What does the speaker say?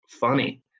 funny